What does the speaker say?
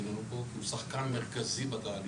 איננו פה כי הוא שחקן מרכזי בתהליך.